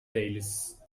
değiliz